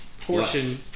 portion